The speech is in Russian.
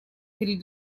перед